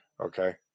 Okay